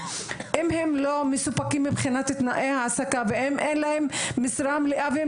אם הם לא מסופקים מבחינת תנאי העסקה ואין להם משרה מלאה והם